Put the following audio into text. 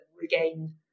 regain